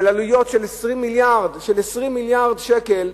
של עלויות של 20 מיליארד, של 20 מיליארד שקל,